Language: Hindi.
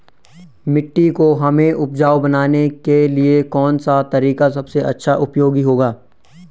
मिट्टी को हमें उपजाऊ बनाने के लिए कौन सा तरीका सबसे अच्छा उपयोगी होगा?